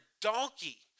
donkey